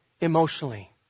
emotionally